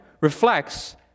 reflects